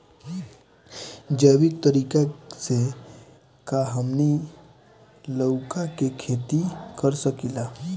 जैविक तरीका से का हमनी लउका के खेती कर सकीला?